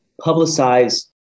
publicize